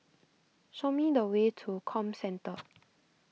show me the way to Comcentre